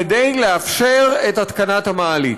כדי לאפשר את התקנת המעלית.